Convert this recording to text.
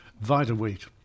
Vita-wheat